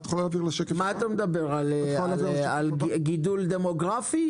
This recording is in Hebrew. אתה מדבר על גידול דמוגרפי?